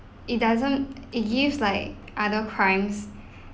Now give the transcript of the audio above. it doesn't it gives like other crimes